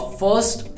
first